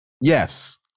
yes